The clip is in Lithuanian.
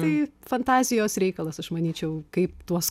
tai fantazijos reikalas aš manyčiau kaip tuos